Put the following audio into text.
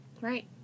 right